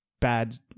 bad